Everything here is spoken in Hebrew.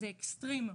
זה אקסטרים.